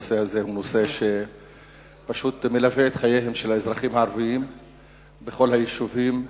הנושא הזה פשוט מלווה את חייהם של האזרחים הערבים בכל היישובים.